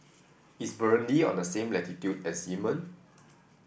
is Burundi on the same latitude as Yemen